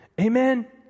Amen